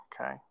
okay